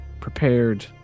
prepared